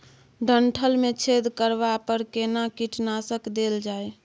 डंठल मे छेद करबा पर केना कीटनासक देल जाय?